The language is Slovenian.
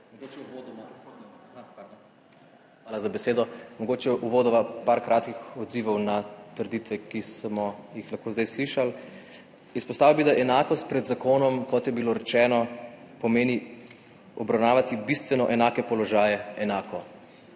Mogoče uvodoma nekaj kratkih odzivov na trditve, ki smo jih lahko zdaj slišali. Izpostavil bi, da enakost pred zakonom, kot je bilo rečeno, pomeni obravnavati bistveno enake položaje enako.